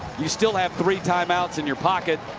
you still have three time-outs in your pocket.